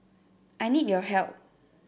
I need your help